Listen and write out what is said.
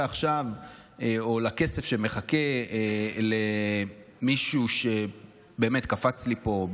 עכשיו או לכסף שמחכה למישהו שקפץ לי פה,